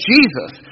Jesus